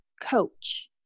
coach